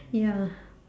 ya